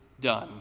done